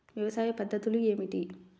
వ్యవసాయ పద్ధతులు ఏమిటి?